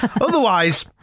Otherwise